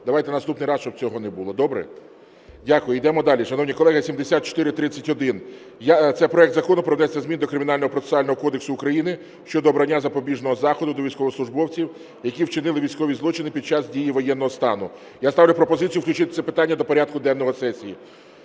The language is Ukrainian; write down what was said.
Давайте в наступний раз, щоб цього не було. Добре? Дякую. Ідемо далі. Шановні колеги, 7431, це проект Закону про внесення змін до Кримінального процесуального кодексу України щодо обрання запобіжного заходу до військовослужбовців, які вчинили військові злочини під час дії воєнного стану. Я ставлю пропозицію включити це питання до порядку денного сесії.